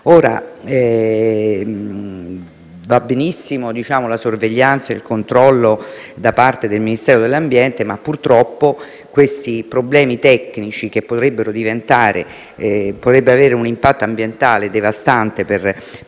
Vanno benissimo la sorveglianza e il controllo da parte del Ministero dell'ambiente ma purtroppo questi problemi tecnici, che potrebbero avere un impatto ambientale devastante per